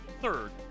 Third